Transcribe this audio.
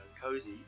Cozy